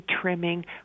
trimming